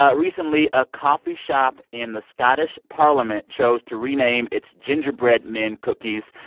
ah recently, a coffee shop in the scottish parliament chose to rename its gingerbread men cookies,